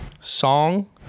song